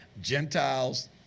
Gentiles